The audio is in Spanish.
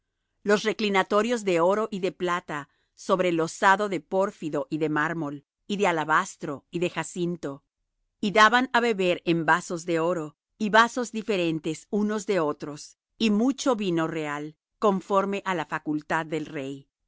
los reclinatorios de oro y de plata sobre losado de pórfido y de mármol y de alabastro y de jacinto y daban á beber en vasos de oro y vasos diferentes unos de otros y mucho vino real conforme á la facultad del rey